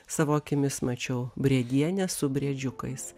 savo akimis mačiau briedienę su briedžiukais